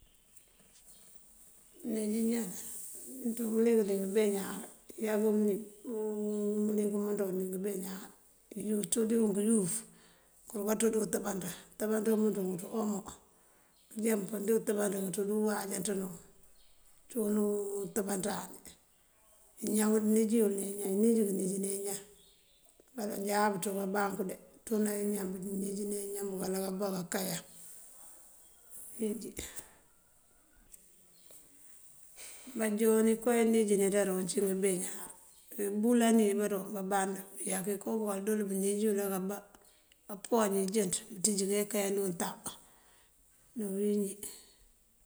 Baníj iñan ngëënţú mëlik dí ngëbeeñuwar, këyoong iŋi dí mëlik mënţun dí ngëbeeñuwar, këëţúţí wun uyuf këruka dí untëbanţin. Untëbanţin umënţun këënţú umo unjá pëndíiwuntëbanţ këënţí uwanjáantin, cíwun untëbanţani. Këëníjul dí iñan, këníj këníj dí iñan. Baloŋ jáaţ butú kabanku de, túnan iñan, níjëna iñan bëkël ambá búkayan ţí bëwínjí. bajon iko iníji neţa rooncí dí umbeeñuwar, ibúlaŋ iyi ibaroŋ bumband bëëyak iko waŋ dël bëníj yël akabá kápowañ injënţ bunţíj keekayan ţí untab ţí uwínjí.